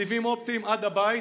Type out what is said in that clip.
סיבים אופטיים עד הבית.